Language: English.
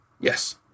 yes